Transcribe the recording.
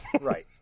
Right